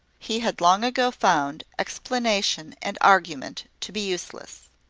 he had long ago found explanation and argument to be useless.